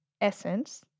essence